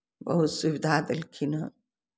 बहुत सुविधा देलखिन हेँ